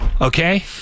Okay